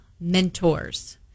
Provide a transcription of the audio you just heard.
mentors